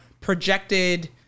projected